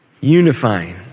Unifying